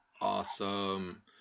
Awesome